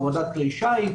והורדת כלי שיט.